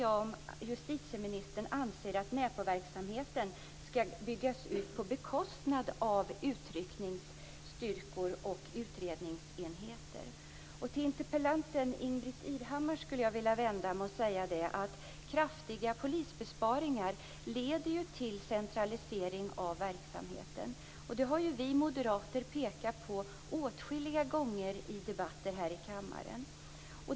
Jag undrar om justitieministern anser att NÄPO verksamheten skall byggas ut på bekostnad av utryckningsstyrkor och utredningsenheter. Jag skulle vilja vända mig till interpellanten Ingbritt Irhammar och säga att kraftiga besparingar vid polisen leder till centralisering av verksamheten. Det har vi moderater pekat på åtskilliga gånger i debatter här i kammaren.